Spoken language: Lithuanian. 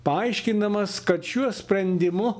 paaiškindamas kad šiuo sprendimu